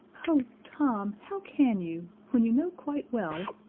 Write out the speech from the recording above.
oh, tom how can you? when you know quite well